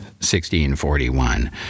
1641